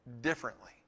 differently